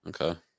Okay